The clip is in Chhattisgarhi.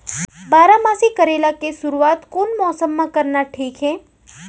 बारामासी करेला के शुरुवात कोन मौसम मा करना ठीक हे?